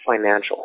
financial